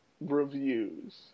reviews